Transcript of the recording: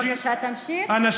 בבקשה תמשיך, ותכף הזמן שלך מסתיים.